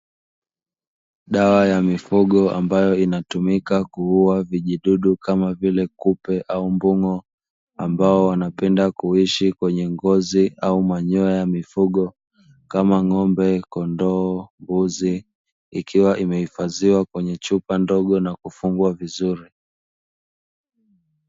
Dawa ya mifugo ambayo inatumika kuua wadudu kama vile, kupe au mbung'o, ambao wanapenda kuishi kwenye ngozi au manyoya ya mifugo kama, Ng'ombe, kondoo na mbuzi. Ikiwa imehifadhiwa kwenye chupa ndogo na kufungwa vizuri.